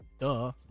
Duh